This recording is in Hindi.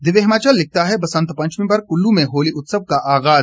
दिव्य हिमाचल लिखता है बसंत पंचमी पर कुल्लू में हाली उत्सव का आगाज